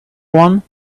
one